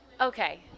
okay